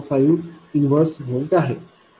05 inverse volt आहे